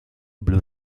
blu